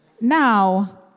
Now